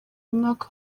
umwaka